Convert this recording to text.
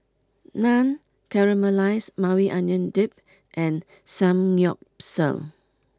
Naan Caramelized Maui Onion Dip and Samgyeopsal